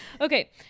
okay